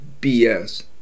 BS